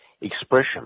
expression